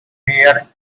mayor